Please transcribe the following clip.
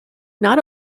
not